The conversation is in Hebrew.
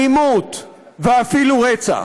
אלימות ואפילו רצח.